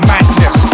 Madness